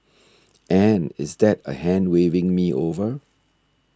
and is that a hand waving me over